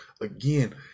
again